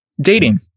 dating